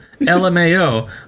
LMAO